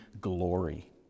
glory